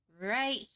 right